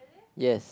yes